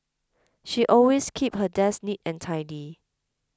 she always keeps her desk neat and tidy